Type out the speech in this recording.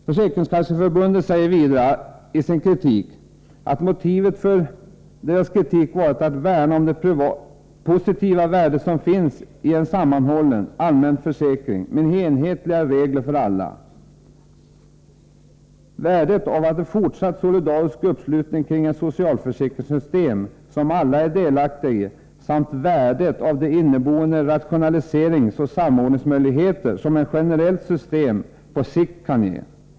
Försäkringskasseförbundet säger vidare i sin kritik att motiven för dess kritik har varit att värna om de positiva värden som finns i en sammanhållen, allmän försäkring med enhetliga regler för alla: värdet av en fortsatt solidarisk uppslutning kring ett socialförsäkringssystem som alla är delaktiga i samt värdet av de inneboende rationaliseringsoch samordningsmöjligheter som ett generellt system på sikt kan ge.